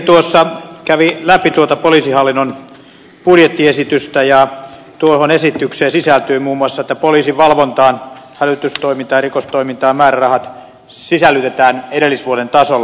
ministeri kävi läpi tuota poliisihallinnon budjettiesitystä ja tuohon esitykseen sisältyy muun muassa että poliisin valvontaan hälytystoimintaan erikoistoimintaan määrärahat sisällytetään edellisvuoden tasolla